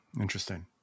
Interesting